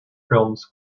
films